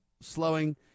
slowing